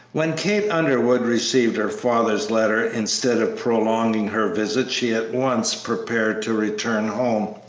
when kate underwood received her father's letter, instead of prolonging her visit she at once prepared to return home.